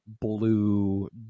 blue